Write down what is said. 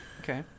Okay